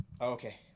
okay